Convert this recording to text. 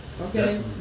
Okay